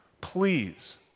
please